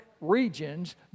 regions